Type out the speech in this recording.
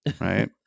Right